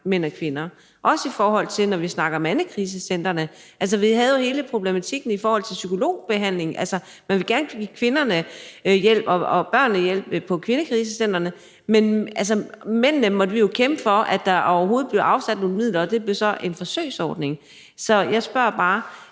mænd og kvinder, også når vi snakker mandekrisecentrene. Vi havde jo hele problematikken i forbindelse med forslaget om psykologbehandling, altså, man ville gerne give kvinderne og børnene hjælp på kvindekrisecentrene, men mændene måtte vi jo kæmpe for at der overhovedet blev afsat nogle midler til, og det blev så en forsøgsordning. Så jeg spørger bare: